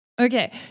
Okay